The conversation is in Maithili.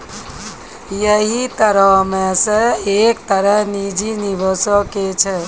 यहि तरहो मे से एक तरह निजी निबेशो के छै